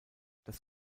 das